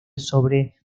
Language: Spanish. sobre